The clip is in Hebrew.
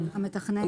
המתכנן